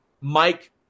Mike